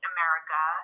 America